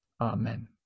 Amen